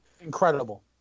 Incredible